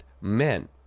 men